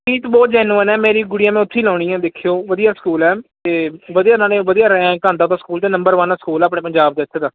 fees ਬਹੁਤ genuine ਹੈ ਮੇਰੀ ਗੁੜੀਆ ਮੈਂ ਉੱਥੇ ਹੀ ਲਾਉਣੀ ਹੈ ਦੇਖਿਓ ਵਧੀਆ ਸਕੂਲ ਹੈ ਅਤੇ ਵਧੀਆ ਉਹਨਾਂ ਨੇ ਵਧੀਆ ਰੈਂਕ ਆਉਂਦਾ ਪਿਆ ਸਕੂਲ ਨੰਬਰ ਵਨ ਸਕੂਲ ਆਪਣੇ ਪੰਜਾਬ ਦੇ ਇੱਥੇ ਦਾ